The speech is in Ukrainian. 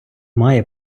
має